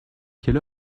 quelle